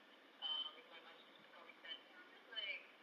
uh with my majlis perkahwinan then I'm just like